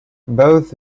both